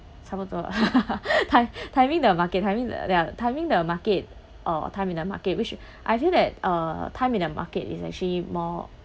some of the time timing the market timing the ya timing the market or time in market which I feel that uh time in a market is actually more